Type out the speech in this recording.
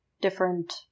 different